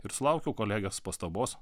ir sulaukiau kolegos pastabos